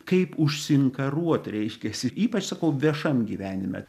kaip užsiinkaruot reiškiasi ypač sakau viešam gyvenime